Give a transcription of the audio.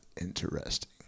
interesting